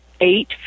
eight